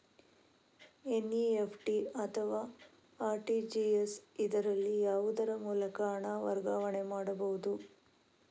NEFT ಅಥವಾ RTGS, ಇದರಲ್ಲಿ ಯಾವುದರ ಮೂಲಕ ಹಣ ವರ್ಗಾವಣೆ ಮಾಡಬಹುದು?